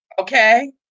okay